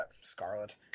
Scarlet